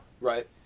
Right